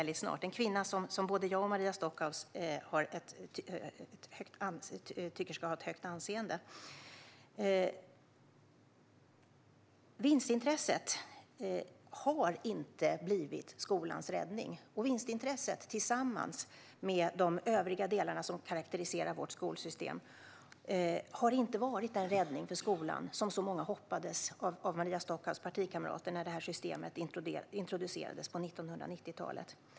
Det är en kvinna som har ett högt anseende hos både Maria Stockhaus och mig. Vinstintresset har inte blivit skolans räddning. Tillsammans med övriga delar som karakteriserar vårt skolsystem har det inte varit den räddning för skolan som så många av Maria Stockhaus partikamrater hoppades när systemet introducerades på 1990-talet.